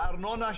בארנונה,